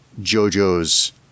jojo's